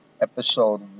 episode